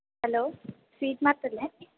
hello sweet മാർട്ടല്ലേ